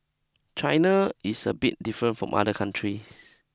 China is a bit different from other countries